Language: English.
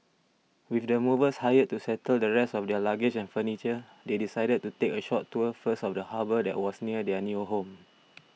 with the movers hired to settle the rest of their luggage and furniture they decided to take a short tour first of the harbour that was near their new home